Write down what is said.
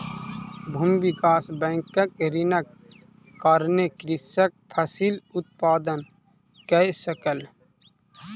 भूमि विकास बैंकक ऋणक कारणेँ कृषक फसिल उत्पादन कय सकल